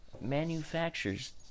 Manufacturers